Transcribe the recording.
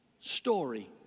story